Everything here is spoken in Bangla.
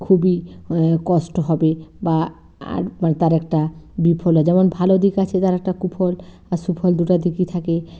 খুবই কষ্ট হবে বা আর মানে তার একটা বিফলও যেমন ভালো দিক আছে যার একটা কুফল বা সুফল দুটা দিকই থাকে